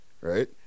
right